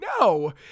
no